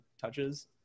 touches